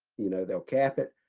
you know, they'll cap it,